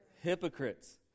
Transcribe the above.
Hypocrites